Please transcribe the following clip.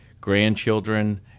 grandchildren